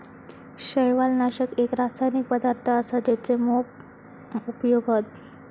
शैवालनाशक एक रासायनिक पदार्थ असा जेचे मोप उपयोग हत